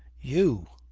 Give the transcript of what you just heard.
you.